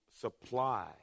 supply